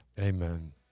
Amen